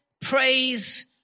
praise